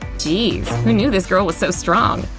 geez, who knew this girl was so strong?